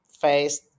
face